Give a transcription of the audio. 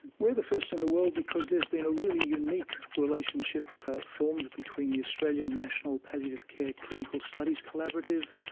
we are the first of and the world because there's been a really unique relationship formed between the australian national palliative care clinical studies collaborative,